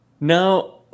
Now